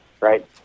right